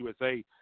USA